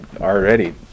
already